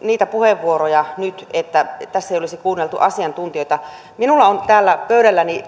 niitä puheenvuoroja nyt että tässä ei olisi kuunneltu asiantuntijoita minulla on täällä pöydälläni